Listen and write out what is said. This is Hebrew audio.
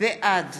בעד